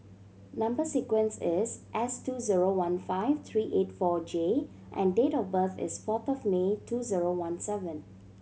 number sequence is S two zero one five three eight four J and date of birth is fourth of May two zero one seven